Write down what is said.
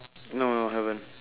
no no haven't